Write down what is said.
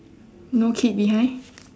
no kid behind